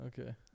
okay